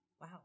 Wow